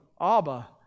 Abba